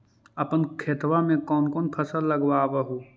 अपन खेतबा मे कौन कौन फसल लगबा हू?